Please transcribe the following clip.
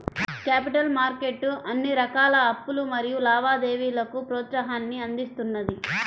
capital market అన్ని రకాల అప్పులు మరియు లావాదేవీలకు ప్రోత్సాహాన్ని అందిస్తున్నది